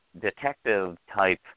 detective-type